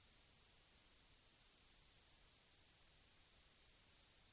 Med det här yrkar jag bifall till reservation 2 i utskottets betänkande.